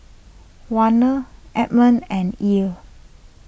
Warner Edmond and Ell